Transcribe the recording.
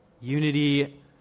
Unity